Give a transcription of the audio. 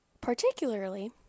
particularly